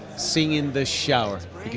sing in the shower because